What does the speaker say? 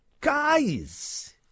Guys